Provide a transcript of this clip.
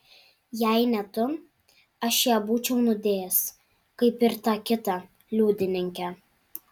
jei ne tu aš ją būčiau nudėjęs kaip ir tą kitą liudininkę